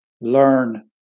learn